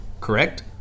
Correct